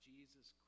Jesus